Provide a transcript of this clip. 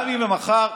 מה עדיף,